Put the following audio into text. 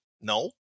no